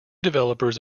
developers